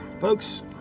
Folks